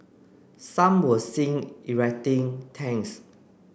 some were seen erecting tents